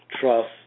trust